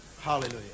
Hallelujah